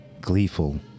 gleeful